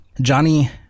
Johnny